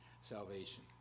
salvation